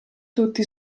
tutti